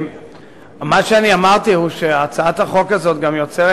מה שאמרתי הוא שהצעת החוק הזאת גם יוצרת